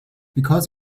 because